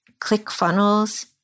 ClickFunnels